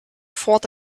fought